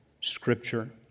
Scripture